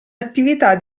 attività